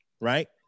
right